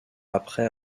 après